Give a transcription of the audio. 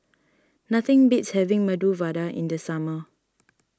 nothing beats having Medu Vada in the summer